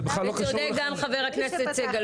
זה בכלל לא קשור --- וצודק גם חבר הכנסת סגלוביץ'.